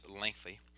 lengthy